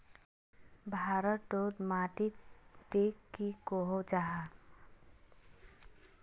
भारत तोत माटित टिक की कोहो जाहा?